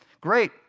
Great